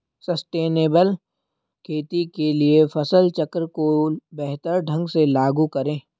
sustainable खेती के लिए फसल चक्र को बेहतर ढंग से लागू करें